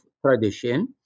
tradition